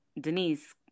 Denise